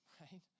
right